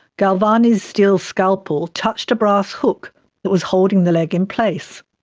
galvani's steel scalpel touched a brass hook that was holding the leg in place.